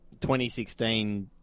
2016